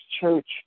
church